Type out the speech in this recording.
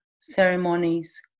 ceremonies